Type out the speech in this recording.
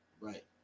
Right